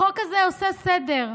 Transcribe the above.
החוק הזה עושה סדר.